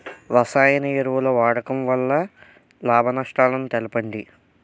రసాయన ఎరువుల వాడకం వల్ల లాభ నష్టాలను తెలపండి?